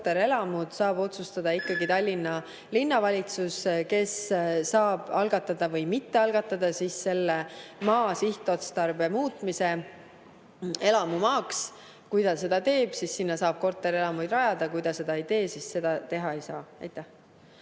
korterelamud, saab otsustada ikkagi Tallinna Linnavalitsus, kes saab algatada või mitte algatada selle maa sihtotstarbe muutmise elamumaaks. Kui ta seda teeb, siis sinna saab korterelamuid rajada. Kui ta seda ei tee, siis seda teha ei saa. Aitäh!